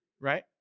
Right